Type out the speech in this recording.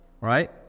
right